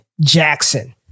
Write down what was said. Jackson